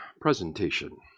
presentation